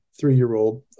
three-year-old